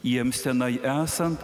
jiems tenai esant